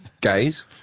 Gays